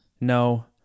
No